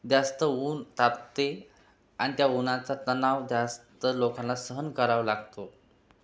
जास्त ऊन तापते आणि त्या उन्हाचा तणाव जास्त लोकांना सहन करावा लागतो